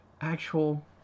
actual